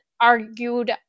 argued